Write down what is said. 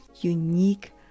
Unique